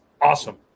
awesome